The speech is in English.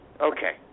Okay